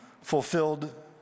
fulfilled